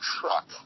truck